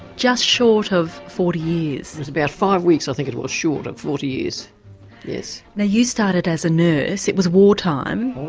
just short of forty years. it was about five weeks, i think it was, short of forty years yes. now you started as a nurse, it was wartime.